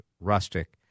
rustic